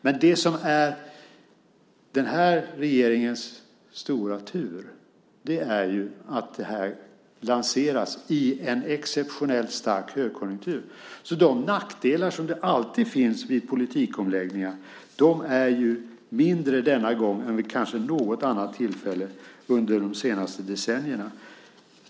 Men det som är den här regeringens stora tur är ju att det här lanseras i en exceptionellt stark högkonjunktur. De nackdelar som alltid finns vid politikomläggningar är alltså mindre denna gång än vid kanske något annat tillfälle under de senaste decennierna.